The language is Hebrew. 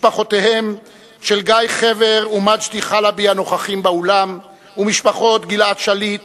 משפחותיהם של גיא חבר ומג'די חלבי הנוכחים באולם ומשפחות גלעד שליט,